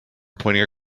pointing